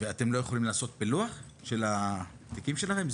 ואתם לא יכולים לעשות פילוח של התיקים שלכם?